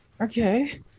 Okay